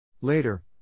Later